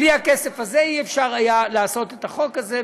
בלי הכסף הזה לא היה אפשר לעשות את החוק הזה,